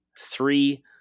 three